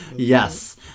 Yes